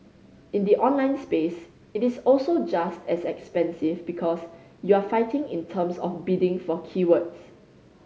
in the online space it is also just as expensive because you're fighting in terms of bidding for keywords